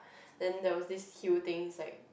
then there was this huge things like